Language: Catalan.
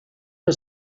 que